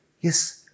Yes